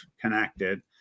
connected